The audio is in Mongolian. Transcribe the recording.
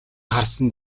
харсан